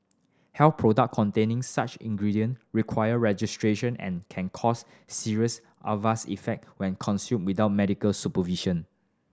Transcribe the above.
health product containing such ingredient require registration and can cause serious adverse effect when consumed without medical supervision